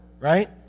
right